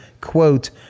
quote